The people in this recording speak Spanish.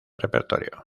repertorio